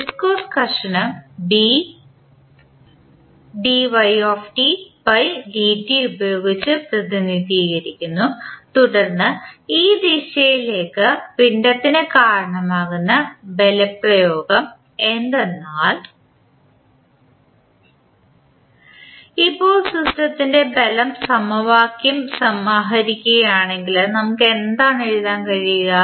viscous ഘർഷണം ഉപയോഗിച്ച് പ്രതിനിധീകരിക്കുന്നു തുടർന്ന് ഈ ദിശയിലേക്ക് പിണ്ഡത്തിന് കാരണമാകുന്ന ബലപ്രയോഗം എന്തെന്നാൽ ഇപ്പോൾ സിസ്റ്റത്തിൻറെ ബലം സമവാക്യം സമാഹരിക്കുകയാണെങ്കിൽ നമുക്ക് എന്താണ് എഴുതാൻ കഴിയുക